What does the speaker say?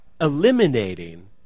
eliminating